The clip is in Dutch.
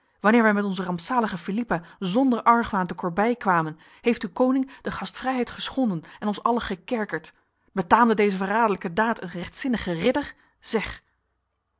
wanneer wij met onze armzalige philippa zonder argwaan te corbeil kwamen heeft uw koning de gastvrijheid geschonden en ons allen gekerkerd betaamde deze verraderlijke daad een rechtzinnige ridder zeg